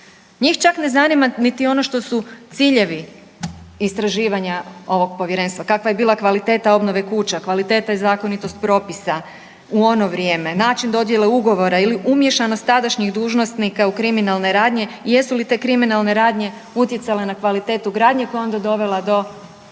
Njih čak ne zanima niti ono što su ciljevi istraživanja ovog povjerenstva kakva je bila kvaliteta obnove kuća, kvaliteta i zakonitost propisa u ono vrijeme, način dodjele ugovora ili umiješanost tadašnjih dužnosnika u kriminalne radnje i jesu li te kriminalne radnje utjecale na kvalitetu gradnje koja je onda dovela do